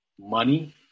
money